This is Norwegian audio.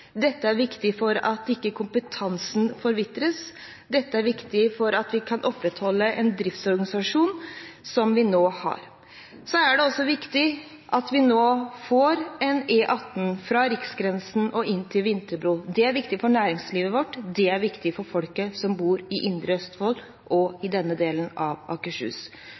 Dette er viktig for at ikke kompetansen forvitrer. Dette er viktig for at vi kan opprettholde en driftsorganisasjon som vi nå har. Så er det også viktig at vi nå får en E18 fra riksgrensen og inn til Vinterbro. Det er viktig for næringslivet vårt, det er viktig for folket som bor i indre Østfold og i denne delen av Akershus.